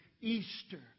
Easter